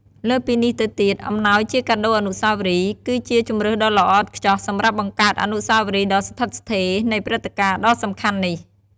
លើសពីនេះទៅទៀត អំណោយជាកាដូអនុស្សាវរីយ៍ គឺជាជម្រើសដ៏ល្អឥតខ្ចោះសម្រាប់បង្កើតអនុស្សាវរីយ៍ដ៏ស្ថិតស្ថេរនៃព្រឹត្តិការណ៍ដ៏សំខាន់នេះ។